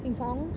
sing song